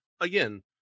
again